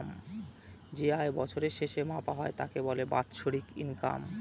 যে আয় বছরের শেষে মাপা হয় তাকে বলে বাৎসরিক ইনকাম